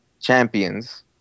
champions